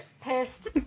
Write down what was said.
pissed